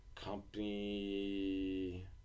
company